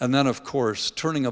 and then of course turning